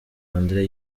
andré